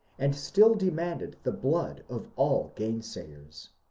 and still demanding the blood of all gainsayers.